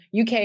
UK